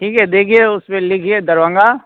ठीक है देखिए उस पर लिखिए दरभंगा